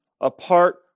apart